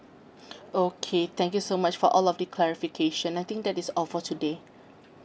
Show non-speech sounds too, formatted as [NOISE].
[BREATH] okay thank you so much for all of the clarification I think that is all for today